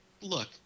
look